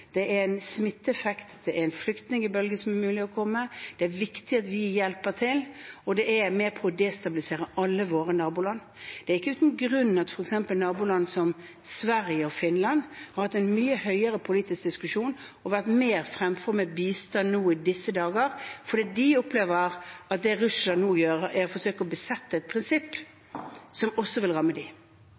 Det er en smitteeffekt, det er en mulig flyktningbølge som kan komme, og det er viktig at vi hjelper til. Det er med på å destabilisere alle våre naboland. Det er ikke uten grunn at f.eks. naboland som Sverige og Finland har hatt en mye høyere politisk diskusjon og vært mer frempå med bistand nå i disse dager, for de opplever at det Russland nå gjør, er å forsøke å befeste et prinsipp som også vil ramme